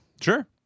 Sure